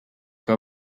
que